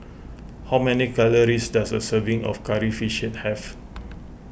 how many calories does a serving of Curry Fish have